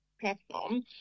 platform